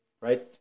right